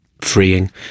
freeing